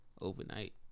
overnight